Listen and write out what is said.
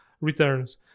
returns